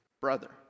brother